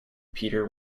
peter